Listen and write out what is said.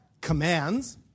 commands